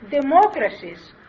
democracies